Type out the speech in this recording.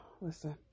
Listen